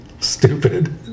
stupid